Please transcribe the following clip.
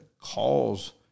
cause